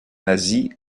nazie